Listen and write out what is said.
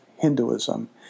Hinduism